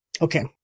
Okay